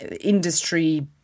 industry